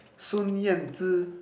Sun-Yanzi